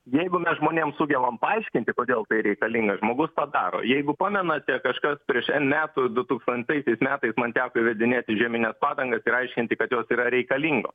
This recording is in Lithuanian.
jeigu mes žmonėm sugebam paaiškinti kodėl tai reikalinga žmogus padaro jeigu pamenate kažkas prieš n metų du tūkstantaisiais metais man teko įvedinėt žiemines padangas ir aiškinti kad jos yra reikalingos